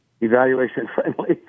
evaluation-friendly